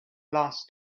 last